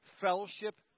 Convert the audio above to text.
fellowship